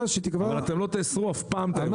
רגולציה --- אבל אתם לא תאסרו אף פעם את הייבוא.